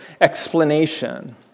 explanation